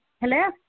Hello